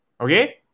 okay